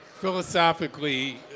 Philosophically